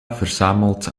verzamelt